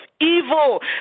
evil